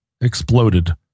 exploded